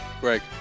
Greg